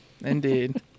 Indeed